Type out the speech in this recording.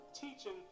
teaching